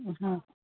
हां